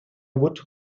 would